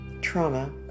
trauma